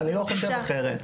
אני לא חושב אחרת.